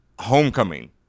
Homecoming